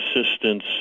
assistance